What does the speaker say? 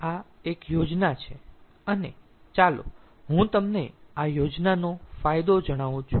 તેથી આ એક યોજના છે અને ચાલો હું તમને આ યોજનાનો ફાયદો જણાવું છું